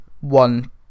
one